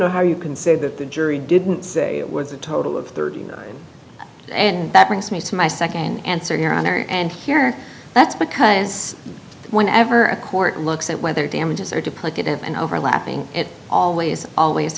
know how you can say that the jury didn't say it was a total of thirty and that brings me to my second answer your honor and here that's because whenever a court looks at whether damages are duplicative and overlapping it always always